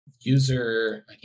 User